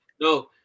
No